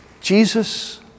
Jesus